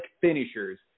finishers